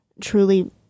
truly